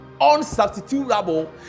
unsubstitutable